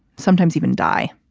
sometimes even die.